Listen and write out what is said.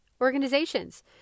organizations